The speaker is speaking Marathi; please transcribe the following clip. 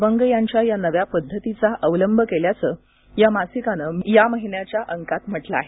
बंग यांच्या या नव्या पद्धतीचा अवलंब केल्याचं या मासिकाने या महिन्याच्या अंकात म्हटलं आहे